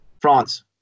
France